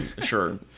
sure